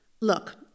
Look